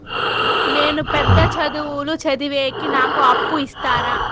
నేను పెద్ద చదువులు చదివేకి నాకు అప్పు ఇస్తారా